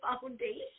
foundation